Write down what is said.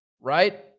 right